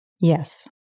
Yes